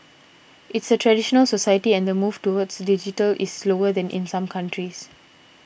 it's a traditional society and the move toward digital is slower than in some countries